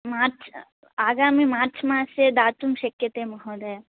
मार्च् आगामि मार्च् मासे दातुं शक्यते महोदय